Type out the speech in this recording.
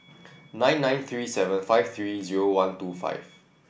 nine nine three seven five three zero one two five